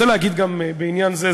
אני רוצה להגיד גם בעניין זה,